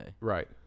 Right